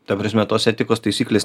ta prasme tos etikos taisyklės